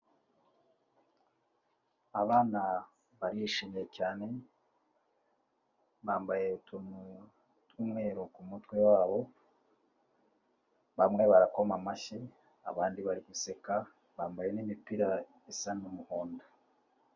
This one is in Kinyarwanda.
Abana barishimye cyane bambaye utuntu tw'umweru ku mutwe wabo, bamwe barakoma amashyi abandi bari guseka bambaye n'imipira isa n'umuhondo.